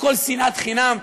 הכול שנאת חינם?